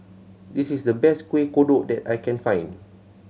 this is the best Kueh Kodok that I can find